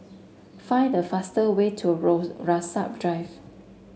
find the fast way to Rose Rasok Drive